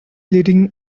leading